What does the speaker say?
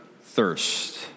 thirst